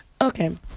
Okay